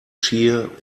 cheer